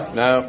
no